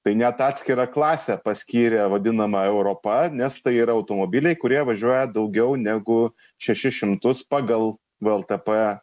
tai net atskirą klasę paskyrė vadinamąja europa nes tai yra automobiliai kurie važiuoja daugiau negu šešis šimtus pagal vltp